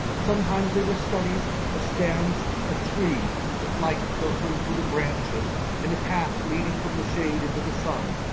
sometimes they were studies, a stand of trees with light like filtering through the branches and the path leading from the shade into the sun.